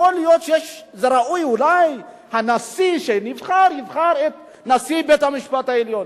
יכול להיות שראוי אולי שהנשיא שנבחר יבחר את נשיא בית-המשפט העליון.